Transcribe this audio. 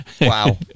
wow